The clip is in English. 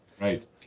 Right